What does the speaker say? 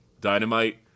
Dynamite